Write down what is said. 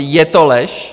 Je to lež!